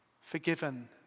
Forgiven